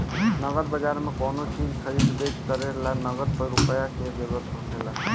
नगद बाजार में कोनो चीज खरीदे बेच करे ला नगद रुपईए के जरूरत होखेला